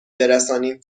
برسانیم